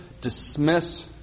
dismiss